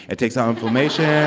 it takes down inflammation